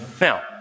Now